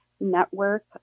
network